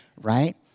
right